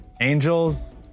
Angels